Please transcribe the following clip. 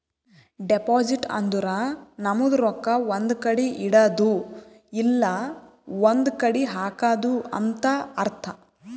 deposit ಅಂದುರ್ ನಮ್ದು ರೊಕ್ಕಾ ಒಂದ್ ಕಡಿ ಇಡದ್ದು ಇಲ್ಲಾ ಒಂದ್ ಕಡಿ ಹಾಕದು ಅಂತ್ ಅರ್ಥ